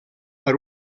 per